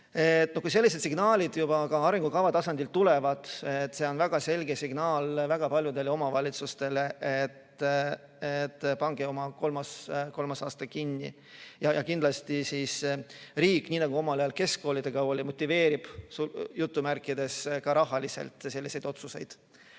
Kui sellised signaalid juba arengukava tasandilt tulevad, siis see on väga selge signaal väga paljudele omavalitsustele, et pange kolmas aste kinni. Kindlasti riik, nii nagu omal ajal keskkoolidega oli, "motiveerib" ka rahaliselt selliseid otsuseid.